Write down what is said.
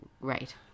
Right